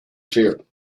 fear